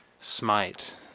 Smite